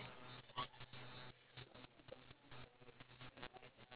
so after he get the baguette right then he bite into it right he chipped his tooth eh